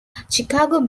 chicago